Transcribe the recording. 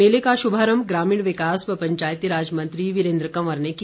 मेले का शुभारम्भ ग्रामीण विकास व पंचायती राज मंत्री वीरेन्द्र कंवर ने किया